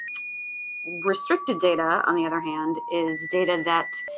restricted data, on the other hand, is data that